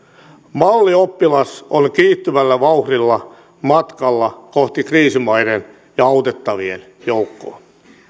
mallioppilas on kiihtyvällä vauhdilla matkalla kohti kriisimaiden ja autettavien joukkoa